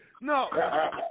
No